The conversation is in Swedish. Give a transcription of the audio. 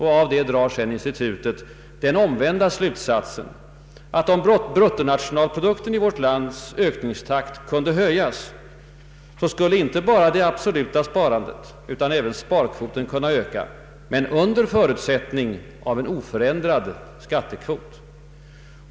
Härav drar institutet den omvända slutsatsen att om bruttonationalproduktens ökningstakt kunde höjas skulle inte bara det absoluta sparandet utan även sparkvoten kunna öka allt under förutsättning av ”en oförändrad skattekvot”.